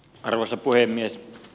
arvoisa puhemies